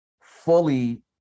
fully